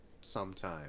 sometime